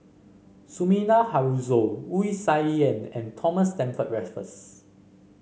Sumida Haruzo Wu Tsai Yen and Thomas Stamford Raffles